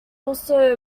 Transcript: also